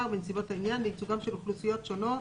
בנסיבות העניין לייצוגן של אוכלוסיות שונות,